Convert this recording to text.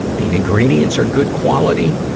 the ingredients are good quality.